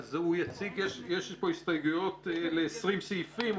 יש פה הסתייגויות ל-20 סעיפים,